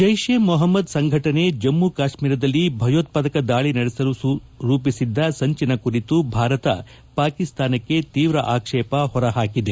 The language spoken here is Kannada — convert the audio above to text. ಜೈಷ್ ಇ ಮೊಹಮ್ನದ್ ಸಂಘಟನೆ ಜಮ್ನು ಕಾಶ್ನೀರದಲ್ಲಿ ಭಯೋತ್ವಾದಕ ದಾಳಿ ನಡೆಸಲು ರೂಪಿಸಿದ್ದ ಸಂಚಿನ ಕುರಿತು ಭಾರತ ಪಾಕಿಸ್ತಾನಕ್ಕೆ ತೀವ್ರ ಆಕ್ವೇಪ ಹೊರಹಾಕಿದೆ